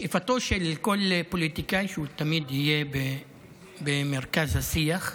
שאיפתו של כל פוליטיקאי היא להיות תמיד במרכז השיח.